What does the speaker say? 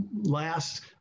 last